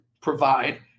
provide